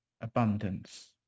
abundance